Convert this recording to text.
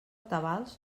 tabals